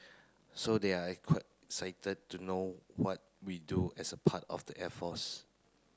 so they're excited to know what we do as a part of the air force